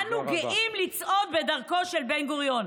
אנו גאים לצעוד בדרכו של בן-גוריון.